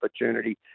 opportunity